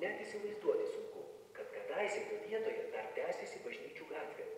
net įsivaizduoti sunku kad kadaise jo vietoje dar tęsėsi bažnyčių gatvė